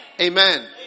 Amen